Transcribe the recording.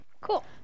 Cool